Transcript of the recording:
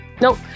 nope